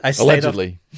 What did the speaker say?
allegedly